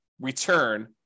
return